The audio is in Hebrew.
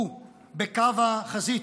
הוא בקו החזית,